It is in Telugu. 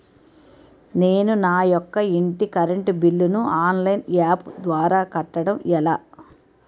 నేను నా యెక్క ఇంటి కరెంట్ బిల్ ను ఆన్లైన్ యాప్ ద్వారా కట్టడం ఎలా?